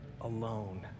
alone